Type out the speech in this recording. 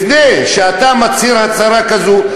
לפני שאתה מצהיר הצהרה כזו,